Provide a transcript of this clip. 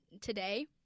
today